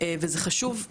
וזה חשוב.